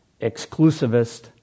exclusivist